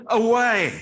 away